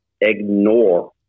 ignore